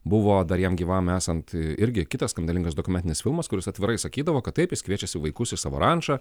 buvo dar jam gyvam esant irgi kitas skandalingas dokumentinis filmas kuris atvirai sakydavo kad taip jis kviečiasi vaikus į savo rančą